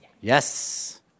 Yes